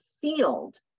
field